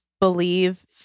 believe